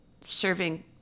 serving